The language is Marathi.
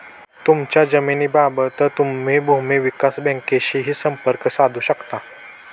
तुमच्या जमिनीबाबत तुम्ही भूमी विकास बँकेशीही संपर्क साधू शकता